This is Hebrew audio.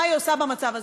מה היא עושה במצב הזה.